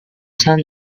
ten